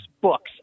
books